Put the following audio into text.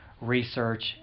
research